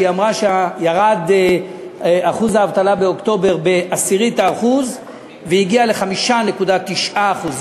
שאמרה ששיעור האבטלה ירד באוקטובר בעשירית האחוז והגיע ל-5.9%,